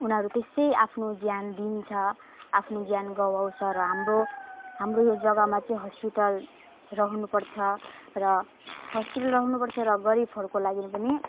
उनीहरू त्यसै आफ्नो ज्यान दिन्छ आफ्नो ज्यान गवाउँछ र हाम्रो हाम्रो यो जगामा चाहिँ हस्पिटल रहनु पर्छ र हस्पिटल रहनु पर्छ र गरिबहरूको लागि पनि